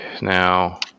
now